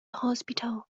hospital